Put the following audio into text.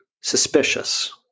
suspicious